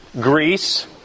Greece